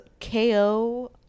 KO